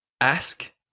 ask